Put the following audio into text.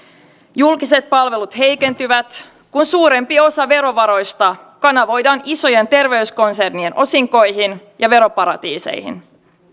julkiset palvelut heikentyvät kun suurempi osa verovaroista kanavoidaan isojen terveyskonsernien osinkoihin ja veroparatiiseihin